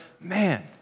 man